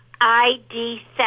ID